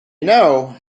know